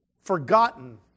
forgotten